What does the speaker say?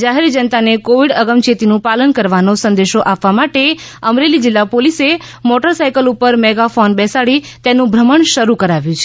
જાહેર જનતાને કોવિડ અગમચેતીનું પાલન કરવાનો સંદેશો આપવા માટે અમરેલી જિલ્લા પોલિસે મોટરસાઇકલ ઉપર મેગાફોન બેસાડી તેનું ભ્રમણ શરૂ કરાવ્યુ છે